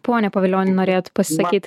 pone pavilioni norėjot pasisakyt